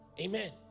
Amen